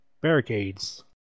barricades